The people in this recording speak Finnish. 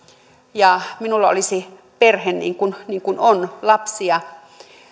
ja minulla olisi perhe niin kuin niin kuin on lapsia